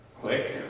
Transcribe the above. Click